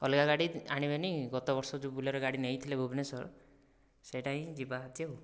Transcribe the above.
ଅଲଗା ଗାଡ଼ି ଆଣିବେନି ଗତ ବର୍ଷ ଯେଉଁ ବୋଲେରୋ ଗାଡ଼ି ନେଇଥିଲେ ଭୁବନେଶ୍ୱର ସେଇଟା ହିଁ ଯିବା ଯେ